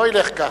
זה לא ילך ככה.